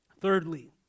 Thirdly